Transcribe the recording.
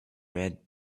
red